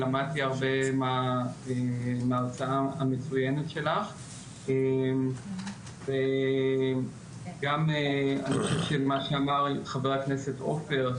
למדתי הרבה מההרצאה המצוינת שלך גם מה שאמר חבר הכנסת עופר,